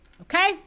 okay